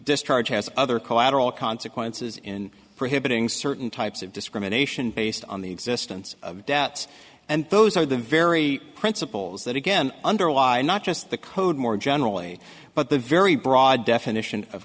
discharge has other collateral consequences in prohibiting certain types of discrimination based on the existence of debts and those are the very principles that again under a why not just the code more generally but the very broad definition of